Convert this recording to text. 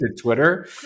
Twitter